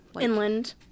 inland